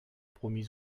promise